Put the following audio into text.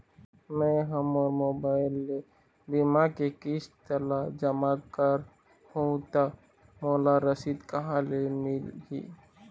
मैं हा मोर मोबाइल ले बीमा के किस्त ला जमा कर हु ता मोला रसीद कहां ले मिल ही?